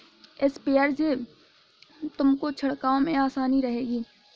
sprayer से तुमको छिड़काव में आसानी रहेगी